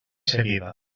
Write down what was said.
seguida